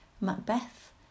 Macbeth